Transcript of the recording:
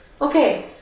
Okay